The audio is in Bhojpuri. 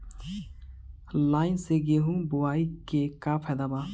लाईन से गेहूं बोआई के का फायदा बा?